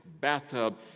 Bathtub